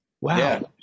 Wow